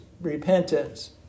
repentance